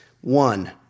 One